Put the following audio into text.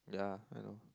yeah I know